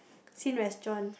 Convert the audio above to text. Xin restaurant